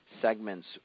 segments